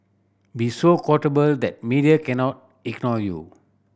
be so quotable that media cannot ignore you